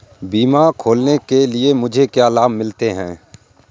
बीमा खोलने के लिए मुझे क्या लाभ मिलते हैं?